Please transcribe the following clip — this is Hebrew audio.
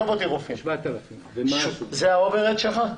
7,000. זה ה-אובר הד שלך?